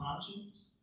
conscience